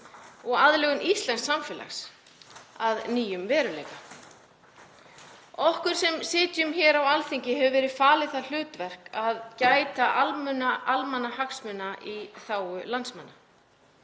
og aðlögun íslensks samfélags að nýjum veruleika. Okkur sem sitjum hér á Alþingi hefur verið falið það hlutverk að gæta almannahagsmuna í þágu landsmanna.